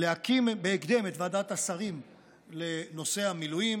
היא להקים בהקדם את ועדת השרים לנושא המילואים,